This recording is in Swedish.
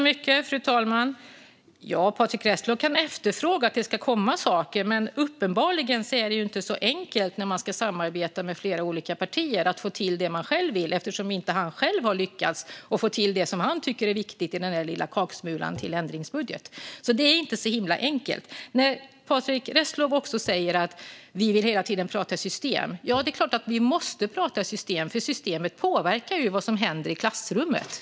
Fru talman! Patrick Reslow kan efterfråga att det ska komma saker, men uppenbarligen är det inte så enkelt att få till det man själv vill när man ska samarbeta med flera olika partier. Patrick Reslow har ju själv inte lyckats få till det han tycker är viktigt i den lilla kaksmulan till ändringsbudget. Det är alltså inte så himla enkelt. Patrick Reslow säger att vi hela tiden vill prata system. Ja, det är klart att vi måste prata system, för systemet påverkar vad som händer i klassrummet.